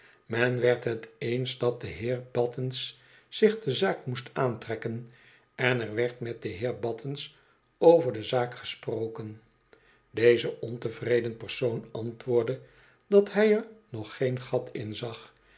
men werd het eens dat de heer battens zich de zaak moest aantrekken en er werd met den heer battens over de zaak gesproken deze ontevreden persoon antwoordde dat hij er nog geen gat in zag